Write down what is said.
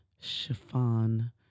chiffon